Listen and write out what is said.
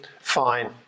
Fine